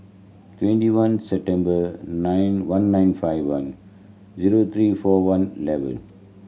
twenty one September nine one nine five one zero three four one eleven